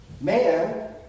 Man